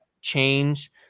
change